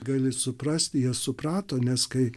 gali suprasti jie suprato nes kai